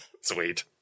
sweet